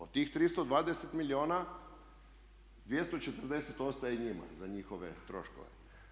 Od tih 320 milijuna 240 ostaje njima za njihove troškove.